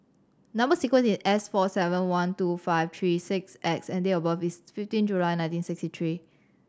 number sequence is S four seven one two five three six X and date of birth is fifteen July nineteen sixty three